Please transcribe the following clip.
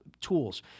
tools